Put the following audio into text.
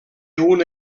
una